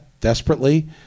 desperately